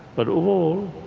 but overall,